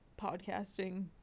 podcasting